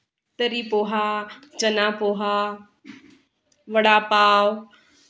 तर्री pohe chana pohe vada pav